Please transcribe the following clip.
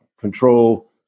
control